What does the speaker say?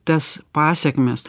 tas pasekmes